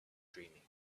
dreaming